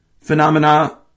phenomena